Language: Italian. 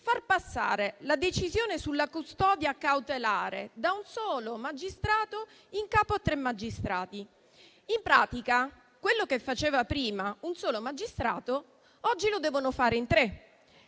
far passare la decisione sulla custodia cautelare da un solo magistrato in capo a tre magistrati. In pratica, quello che faceva prima un solo magistrato, oggi lo devono fare in tre.